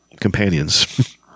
companions